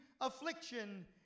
affliction